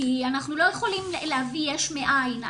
כי אנחנו לא יכולים להביא יש מאין.